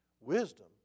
Wisdom